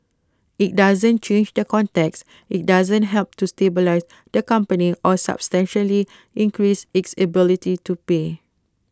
IT doesn't change the context IT doesn't help to stabilise the company or substantially increase its ability to pay